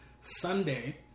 Sunday